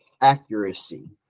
accuracy